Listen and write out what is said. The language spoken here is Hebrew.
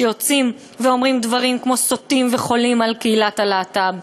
שיוצאים ואומרים דברים כמו סוטים וחולים על קהילת הלהט"ב.